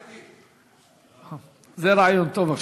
רגע, יש